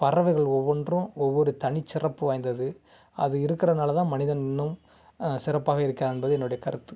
பறவைகள் ஒவ்வொன்றும் ஒவ்வொரு தனிச்சிறப்பு வாய்ந்தது அது இருக்கிறனால தான் மனிதன் இன்னும் சிறப்பாக இருக்கிறான் என்பது என்னுடைய கருத்து